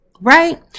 right